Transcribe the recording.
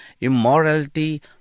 immorality